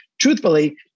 truthfully